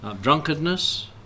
drunkenness